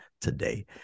today